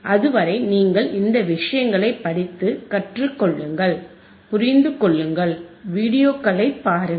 அதுவரை நீங்கள் இந்த விஷயங்களைப் படித்து கற்றுக் கொள்ளுங்கள் புரிந்து கொள்ளுங்கள் வீடியோக்களை பாருங்கள்